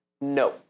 no